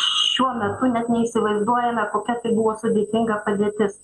šiuo metu net neįsivaizduojame kokia tai buvo sudėtinga padėtis